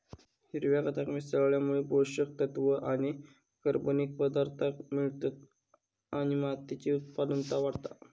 हिरव्या खताक मिसळल्यामुळे पोषक तत्त्व आणि कर्बनिक पदार्थांक मिळतत आणि मातीची उत्पादनता वाढता